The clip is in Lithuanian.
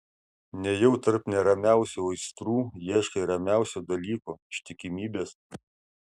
nejau tarp neramiausių aistrų ieškai ramiausio dalyko ištikimybės